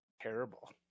Terrible